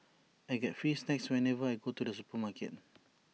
I get free snacks whenever I go to the supermarket